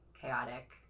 chaotic